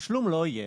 תשלום לא יהיה.